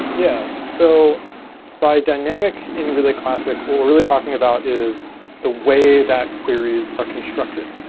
yeah. so by dynamic in relay classic, what we're really talking about is the way that queries are constructed.